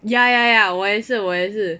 ya ya ya 我也是我也是